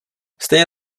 stejně